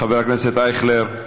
חבר הכנסת אייכלר,